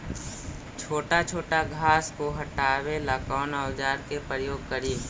छोटा छोटा घास को हटाबे ला कौन औजार के प्रयोग करि?